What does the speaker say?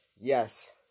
yes